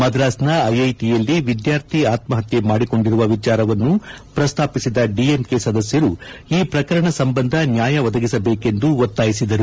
ಮಧಾಸ್ನ ಐಐಟಿಯಲ್ಲಿ ವಿದ್ಯಾರ್ಥಿ ಆತ್ಮಪತ್ಕೆ ಮಾಡಿಕೊಂಡಿರುವ ವಿಚಾರವನ್ನು ಪ್ರಸ್ತಾಪಿಸಿದ ಡಿಎಂಕೆ ಸದಸ್ದರು ಈ ಪ್ರಕರಣ ಸಂಬಂಧ ನ್ನಾಯ ಒದಗಿಸಬೇಕೆಂದು ಒತ್ತಾಯಿಸಿದರು